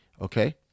okay